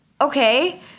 Okay